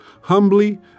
humbly